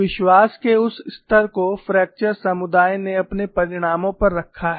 विश्वास के उस स्तर को फ्रैक्चर समुदाय ने अपने परिणामों पर रखा है